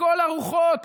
לכל הרוחות,